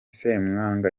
semwanga